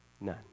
none